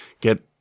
get